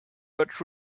but